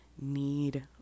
need